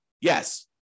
Yes